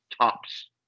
tops